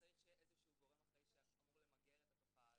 צריך שיהיה גורם אחראי שאמור למגר את התופעה הזאת.